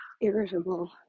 irritable